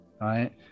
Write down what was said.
right